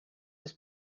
his